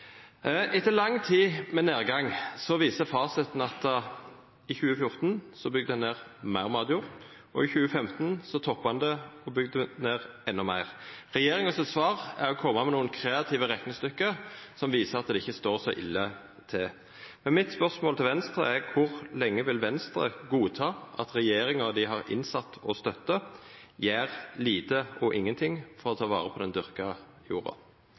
2014 bygde ein ned meir matjord, og i 2015 toppa ein det og bygde ned endå meir. Svaret frå regjeringa er å koma med nokre kreative reknestykke som viser at det ikkje står så ille til. Mitt spørsmål til Venstre er: Kor lenge vil Venstre godta at regjeringa dei har innsett og støtta, gjer lite og ingenting for å ta vare på den dyrka jorda?